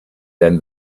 then